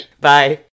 bye